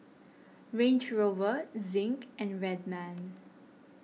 Range Rover Zinc and Red Man